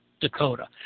Dakota